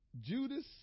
Judas